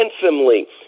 handsomely